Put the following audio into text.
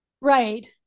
Right